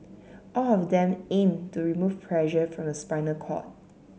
all of them aim to remove pressure from the spinal cord